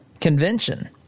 convention